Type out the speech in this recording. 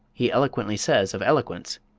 he eloquently says of eloquence